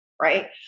right